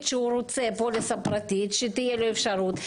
שהוא רוצה פוליסה פרטית שתהיה לו אפשרות,